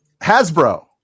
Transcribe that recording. Hasbro